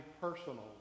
personal